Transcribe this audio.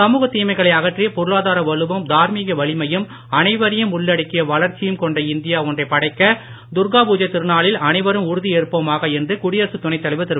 சமூகத் தீமைகளை அகற்றி பொருளாதார வலுவும் தார்மீக வலிமையும் அனைவரையும் உள்ளடக்கிய வளர்ச்சியும் கொண்ட இந்தியா ஒன்றைப் படைக்க துர்கா பூஜை திருநாளில் அனைவரும் உறுதி ஏற்போமாக என்று குடியரசுத் துணைத் தலைவர் திரு